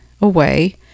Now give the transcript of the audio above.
away